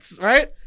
right